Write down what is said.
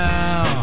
now